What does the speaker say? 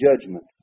judgment